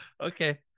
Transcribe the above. Okay